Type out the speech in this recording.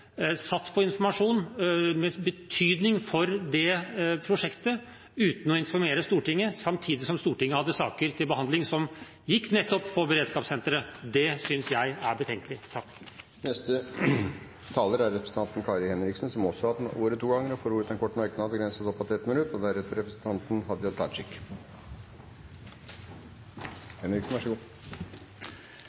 satt på informasjon med betydning for prosjektet, uten å informere Stortinget, samtidig som Stortinget hadde saker til behandling som gikk nettopp på beredskapssenteret. Det synes jeg er betenkelig. Representanten Kari Henriksen har hatt ordet to ganger tidligere og får ordet til en kort merknad, begrenset til 1 minutt. Hadde jeg hatt skjegg, skulle jeg ha smilt litt under justisministerens innlegg, men det kan jeg ikke gjøre. Fra vår side klager ikke vi så